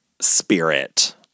spirit